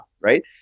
right